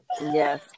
yes